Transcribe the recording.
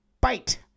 bite